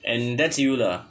and that's you lah